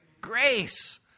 Grace